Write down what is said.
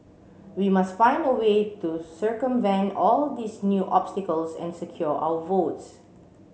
we must find a way to circumvent all these new obstacles and secure our votes